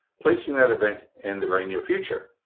placing that event in the very near future,